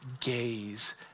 gaze